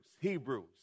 Hebrews